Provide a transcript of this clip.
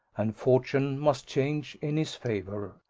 and fortune must change in his favour,